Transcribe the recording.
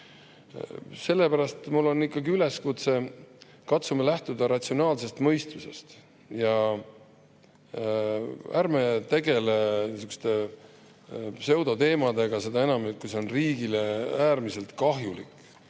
Sellepärast mul on ikkagi üleskutse: katsume lähtuda ratsionaalsest mõistusest ja ärme tegeleme sihukeste pseudoteemadega, seda enam, et see on riigile äärmiselt kahjulik.